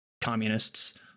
Communists